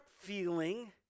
feeling